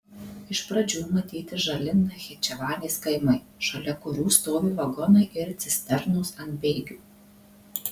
iš pradžių matyti žali nachičevanės kaimai šalia kurių stovi vagonai ir cisternos ant bėgių